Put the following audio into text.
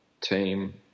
team